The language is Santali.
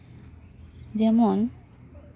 ᱡᱮᱢᱚᱱ